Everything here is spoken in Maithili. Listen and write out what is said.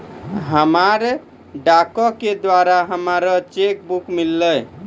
हमरा डाको के द्वारा हमरो चेक बुक मिललै